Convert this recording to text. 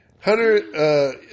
Hunter